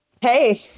hey